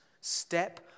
Step